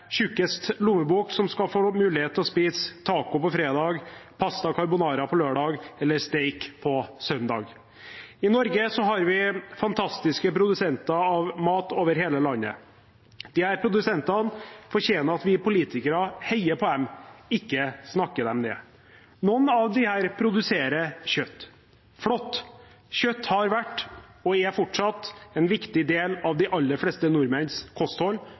lommebok som skal få mulighet til å spise taco på fredag, pasta carbonara på lørdag eller stek på søndag. I Norge har vi fantastiske produsenter av mat over hele landet. Disse produsentene fortjener at vi politikere heier på dem, ikke snakker dem ned. Noen av disse produserer kjøtt. Flott – kjøtt har vært og er fortsatt en viktig del av de aller fleste nordmenns kosthold